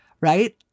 right